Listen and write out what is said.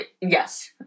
yes